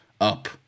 up